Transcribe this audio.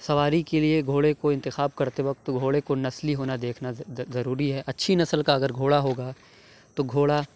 سواری کے لیے گھوڑے کو انتخاب کرتے وقت گھوڑے کو نسلی ہونا دیکھنا ضروری ہے اچھی نسل کا اگر گھوڑا ہوگا تو گھوڑا